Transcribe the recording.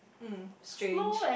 mm strange